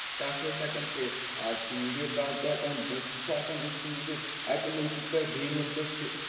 کَتھ ٲسۍ ہیٚکان کٔرِتھ یَتھ چھِ ویٖڈیو کال تہِ ہیٚکان بُتھ چھِ ہیٚکان أکۍ سُند وُچھِتھ اَکہِ مُلکہٕ پٮ۪ٹھ بیٚیہِ مُلکس چھِ